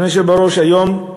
אדוני היושב בראש, היום,